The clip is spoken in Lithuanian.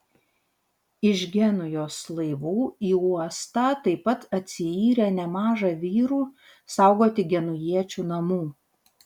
iš genujos laivų į uostą taip pat atsiyrė nemaža vyrų saugoti genujiečių namų